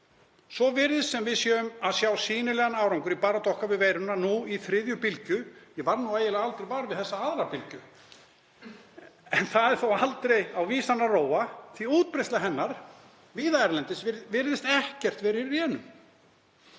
Svo virðist sem við séum að sjá sýnilegan árangur í baráttu okkar við veiruna nú í þriðju bylgju — ég varð eiginlega aldrei var við þessa aðra bylgju — en það er aldrei á vísan að róa því að útbreiðsla hennar víða erlendis virðist ekkert vera í rénum.